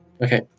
Okay